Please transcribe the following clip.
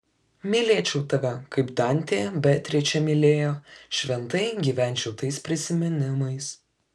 mylėčiau tave kaip dantė beatričę mylėjo šventai gyvenčiau tais prisiminimais